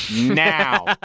now